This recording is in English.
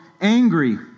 angry